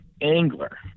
angler